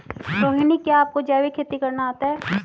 रोहिणी, क्या आपको जैविक खेती करना आता है?